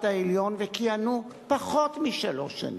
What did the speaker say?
העליון וכיהנו פחות משלוש שנים,